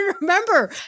remember